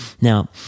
Now